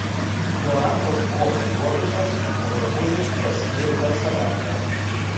jo rankos buvo pajuodusios o drabužiai prasmirdę saliarka